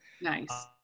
Nice